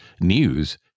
news